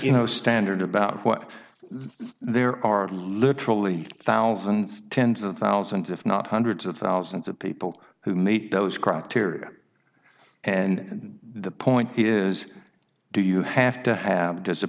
you know standard about what there are literally thousands tens of thousands if not hundreds of thousands of people who meet those criteria and the point is do you have to have